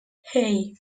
hey